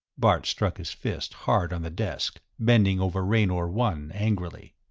bart struck his fist hard on the desk, bending over raynor one angrily.